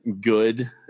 good